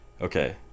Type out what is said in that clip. Okay